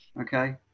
Okay